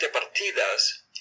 Partidas